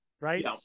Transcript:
right